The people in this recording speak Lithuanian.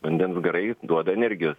vandens garai duoda energijos